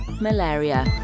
Malaria